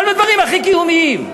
אבל בדברים הכי קיומיים,